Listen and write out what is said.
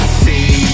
see